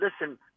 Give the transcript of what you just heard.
Listen